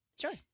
Sure